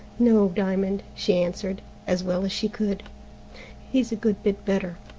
no, diamond, she answered, as well as she could he's a good bit better.